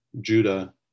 Judah